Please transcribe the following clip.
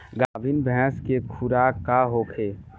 गाभिन भैंस के खुराक का होखे?